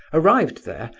arrived there,